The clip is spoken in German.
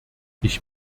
ich